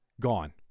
gone